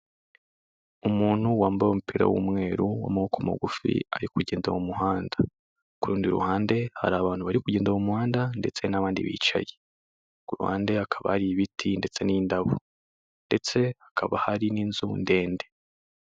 Umuntu wambaye umupira w'umweru w'amaboko magufi ari kugenda mu muhanda. Ku rundi ruhande hari abantu bari kugenda mu muhanda ndetse n'abandi bicaye. Ku ruhande hakaba hari ibiti ndetse n'indabo ndetse hakaba hari n'inzu ndende.